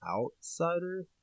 outsider